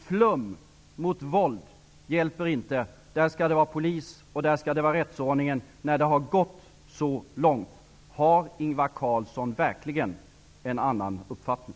Flum mot våld hjälper inte. Där skall det vara polis och där skall det vara rättsordningen, när det har gått så långt. Har Ingvar Carlsson verkligen en annan uppfattning?